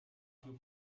più